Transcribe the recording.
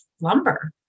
lumber